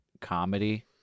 comedy